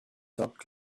dog